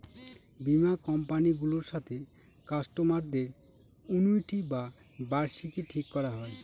বীমা কোম্পানি গুলোর সাথে কাস্টমারদের অনুইটি বা বার্ষিকী ঠিক করা হয়